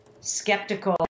skeptical